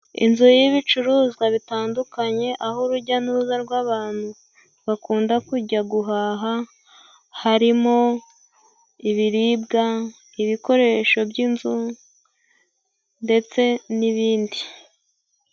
Inzu y'ibicuruzwa bitandukanye aho urujya n'uruza rw'abantu bakunda kujya guhaha harimo:ibiribwa, ibikoresho by'inzu ndetse n'ibindi.